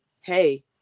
hey